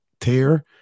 tear